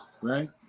right